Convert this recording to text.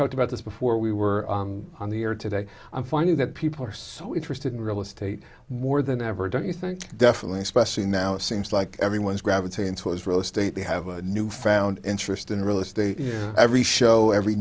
talked about this before we were on the air today i'm finding that people are so interested in real estate more than ever don't you think definitely especially now it seems like everyone's gravitating towards real estate they have a newfound interest in real estate every show every